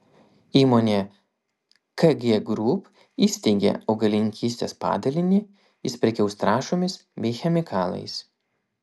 įmonė kg group įsteigė augalininkystės padalinį jis prekiaus trąšomis bei chemikalais